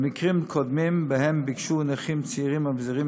3. במקרים קודמים שבהם ביקשו נכים צעירים אביזרים